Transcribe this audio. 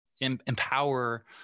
empower